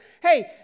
hey